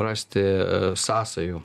rasti sąsajų